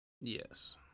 Yes